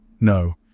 no